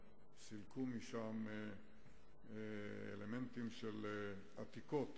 וסילקו משם אלמנטים של עתיקות.